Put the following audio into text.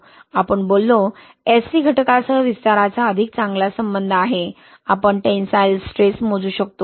आपण बोललो SC घटकासह विस्ताराचा अधिक चांगला संबंध आहे आपण टेन्साइल स्ट्रेस मोजू शकतो